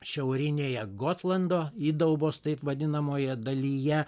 šiaurinėje gotlando įdaubos taip vadinamoje dalyje